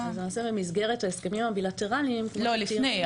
במסגרת ההסכמים הבילטרליים --- לא, לפני.